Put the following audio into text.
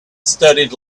studied